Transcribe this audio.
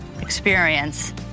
experience